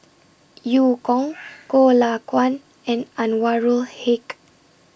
EU Kong Goh Lay Kuan and Anwarul Haque